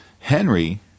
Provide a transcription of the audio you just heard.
Henry